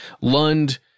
Lund